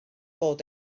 bod